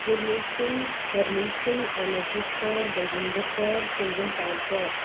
Gurmeet Singh Harmeet Singh Amarjeet Kaur Baljinder Kaur Simranpal Kaur